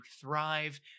thrive